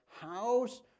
house